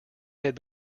had